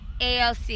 ALC